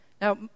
Now